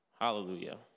Hallelujah